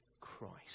Christ